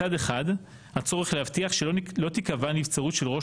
מצד אחד הצורך להבטיח שלא תיקבע נבצרות של ראש